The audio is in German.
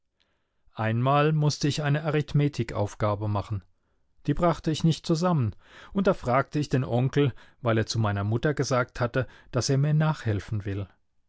einmal mußte ich eine arithmetikaufgabe machen die brachte ich nicht zusammen und da fragte ich den onkel weil er zu meiner mutter gesagt hatte daß er mir nachhelfen will